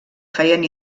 feien